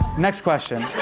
next question.